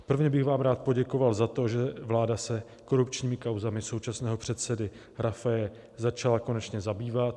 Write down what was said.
Prvně bych vám rád poděkoval za to, že vláda se korupčními kauzami současného předsedy Rafaje začala konečně zabývat.